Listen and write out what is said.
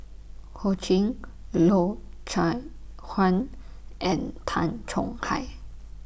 Ho Ching Loy Chye Huan and Tan Chong Hai